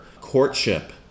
courtship